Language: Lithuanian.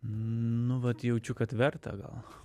nu vat jaučiu kad verta gal